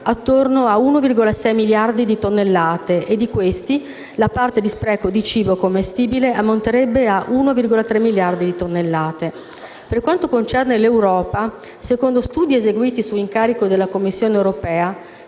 attorno a 1,6 miliardi di tonnellate, e di questi la parte di spreco di cibo commestibile ammonterebbe a 1,3 miliardi di tonnellate. Per quanto concerne l'Europa, secondo studi eseguiti su incarico della Commissione europea,